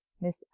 Miss